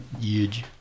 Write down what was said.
Huge